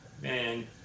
man